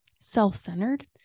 self-centered